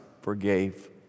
forgave